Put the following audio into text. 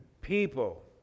people